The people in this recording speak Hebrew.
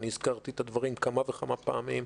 אני הזכרתי את הדברים כמה וכמה פעמים.